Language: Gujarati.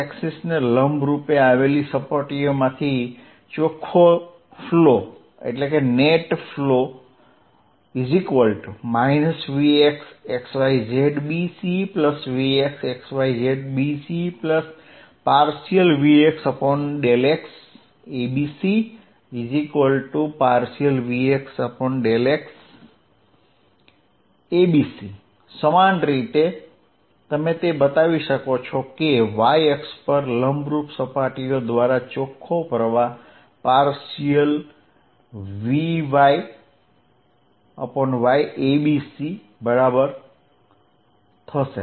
x એક્સિસ ને લંબરૂપે આવેલી સપાટીઓમાંથી ચોખ્ખો ફ્લો vxxyzbcvxxyzbcvx∂xabcvx∂xabc સમાન રીતે તમે તે બતાવી શકો છો કે y અક્ષ પર લંબરૂપ સપાટીઓ દ્વારા ચોખ્ખો પ્રવાહ vy∂yabc બરાબર હશે